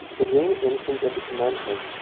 the dream instanced at the commencement,